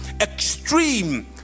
extreme